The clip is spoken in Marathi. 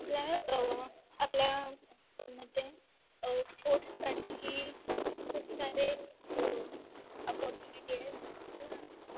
आपल्या आपल्या स्कूलमध्ये स्पोर्ट्ससाठी खूप सारे अपॉर्च्युनिटी आहेत आप